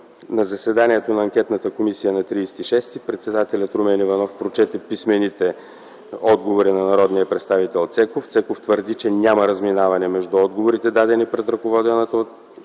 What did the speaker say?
На заседанието на анкетната комисия на 30.06.2010 г. председателят Румен Иванов прочете писмените отговори на народния представител Цеков. Цеков твърди, че „Няма разминаване между отговорите, дадени пред ръководената от